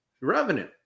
Revenue